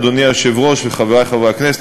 אדוני היושב-ראש וחברי חברי הכנסת,